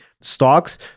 stocks